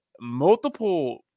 multiple